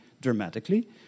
dramatically